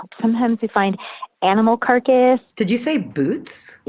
sometimes we find animal carcass, did you say boots?